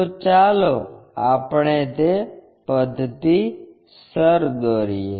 તો ચાલો આપણે તે પદ્ધતિ સર દોરીએ